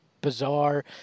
bizarre